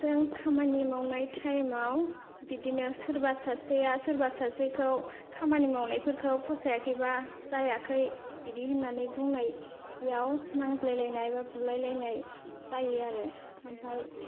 जों खामानि मावनाय टाइमाव बिदिनो सोरबा सासेया सोरबा सासेखौ खामानि मावनायफोरखौ फसायाखैब्ला जायाखै बिदि होननानै बुंनायाव नांज्लायलायनाय बा बुलायलायनाय जायो आरो ओमफ्राय